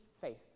faith